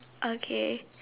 okay